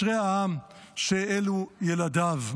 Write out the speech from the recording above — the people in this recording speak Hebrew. אשרי העם שאלה ילדיו.